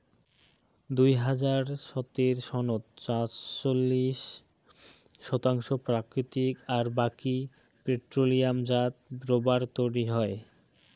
দুই হাজার সতের সনত সাতচল্লিশ শতাংশ প্রাকৃতিক আর বাকি পেট্রোলিয়ামজাত রবার তৈয়ার হয়